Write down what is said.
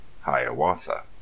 Hiawatha